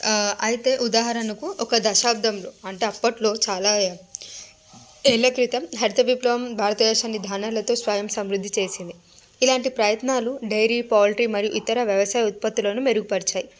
అయితే ఉదాహరణకు ఒక దశాబ్దంలో అంటే అప్పట్లో చాలా ఏ ఏళ్ళ క్రితం హరిత విప్లవం భారతదేశాన్ని ధాణాలతో స్వయం సమృద్ధి చేసింది ఇలాంటి ప్రయత్నాలు డైరీ పౌల్ట్రీ మరియు ఇతర వ్యవసాయ ఉత్పత్తులను మెరుగుపరిచాయి